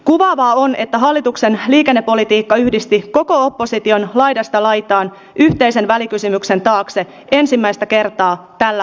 kuvaavaa on että hallituksen liikennepolitiikka yhdisti koko opposition laidasta laitaan yhteisen välikysymyksen taakse ensimmäistä kertaa tällä vaalikaudella